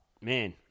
Man